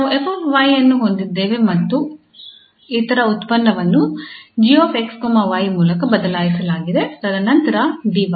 ನಾವು 𝑓𝑦 ಅನ್ನು ಹೊಂದಿದ್ದೇವೆ ಮತ್ತು ಇತರ ಉತ್ಪನ್ನವನ್ನು 𝑔𝑥 −𝑦 ಮೂಲಕ ಬದಲಾಯಿಸಲಾಗಿದೆ ತದನಂತರ 𝑑𝑦